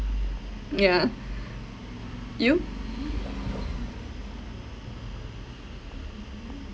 yeah you